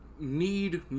need